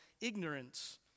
ignorance